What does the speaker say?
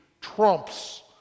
trumps